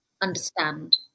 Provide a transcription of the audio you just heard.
understand